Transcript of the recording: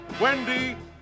Wendy